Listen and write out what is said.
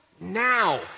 Now